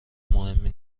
مهمی